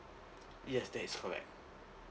yes that is correct